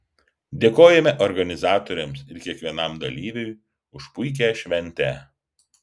dėkojame organizatoriams ir kiekvienam dalyviui už puikią šventę